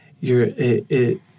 you're—it—